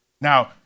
Now